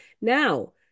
Now